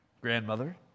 grandmother